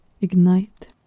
ignite